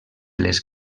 les